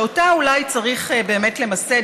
שאותה אולי צריך באמת למסד.